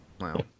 Wow